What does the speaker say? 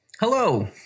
Hello